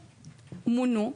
מונו,